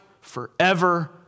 forever